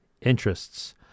interests